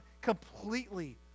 completely